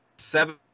Seven